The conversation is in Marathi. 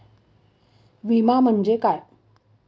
विमा म्हणजे काय?